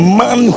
man